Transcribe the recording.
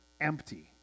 empty